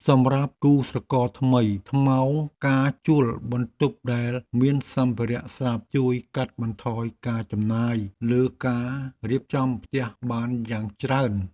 សម្រាប់គូស្រករថ្មីថ្មោងការជួលបន្ទប់ដែលមានសម្ភារៈស្រាប់ជួយកាត់បន្ថយការចំណាយលើការរៀបចំផ្ទះបានយ៉ាងច្រើន។